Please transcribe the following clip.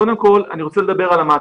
קודם כל אני רוצה לדבר על המעטפת,